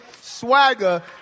swagger